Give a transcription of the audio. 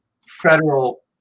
federal